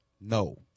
No